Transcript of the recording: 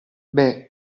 beh